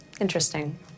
Interesting